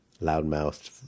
loudmouthed